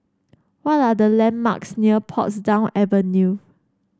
what are the landmarks near Portsdown Avenue